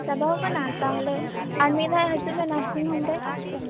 ᱪᱟᱵᱟᱣᱟᱠᱟᱱᱟ ᱛᱟᱦᱚᱞᱮ ᱟᱨᱢᱤᱫ ᱫᱷᱟᱣ ᱦᱤᱡᱩᱜ ᱢᱮ ᱱᱟᱨᱥᱤᱝᱦᱚᱢ ᱨᱮ